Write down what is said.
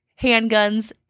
handguns